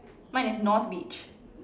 mine is North beach